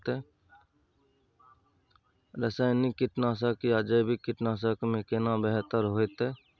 रसायनिक कीटनासक आ जैविक कीटनासक में केना बेहतर होतै?